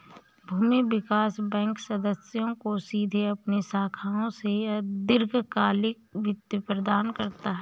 भूमि विकास बैंक सदस्यों को सीधे अपनी शाखाओं से दीर्घकालिक वित्त प्रदान करता है